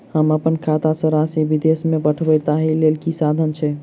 हम अप्पन खाता सँ राशि विदेश मे पठवै ताहि लेल की साधन छैक?